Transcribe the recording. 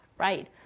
Right